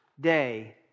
day